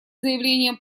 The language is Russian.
заявлением